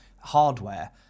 hardware